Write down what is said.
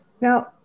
Now